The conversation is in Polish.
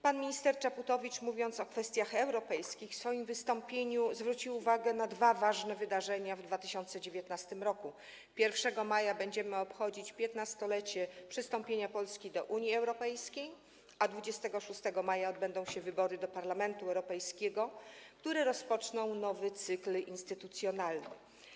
Pan minister Czaputowicz, mówiąc o kwestiach europejskich, w swoim wystąpieniu zwrócił uwagę na dwa ważne wydarzenia w 2019 r. 1 maja będziemy obchodzić 15-lecie przystąpienia Polski do Unii Europejskiej, a 26 maja odbędą się wybory do Parlamentu Europejskiego, które rozpoczną nowy cykl instytucjonalny.